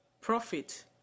profit